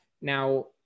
Now